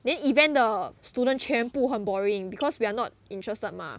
then event 的 student 全部很 boring because we are not interested mah